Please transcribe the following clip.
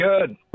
good